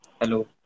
Hello